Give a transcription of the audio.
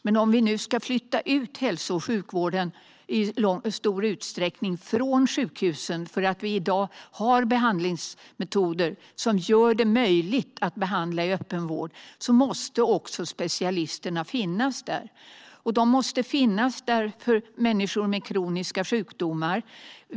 Men om vi nu i stor utsträckning ska flytta ut hälso och sjukvården från sjukhusen eftersom vi i dag har behandlingsmetoder som gör det möjligt att behandla i öppenvård måste även specialisterna finnas där för människor med kroniska sjukdomar.